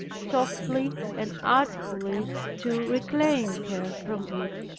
softly and artfully to reclaim her from it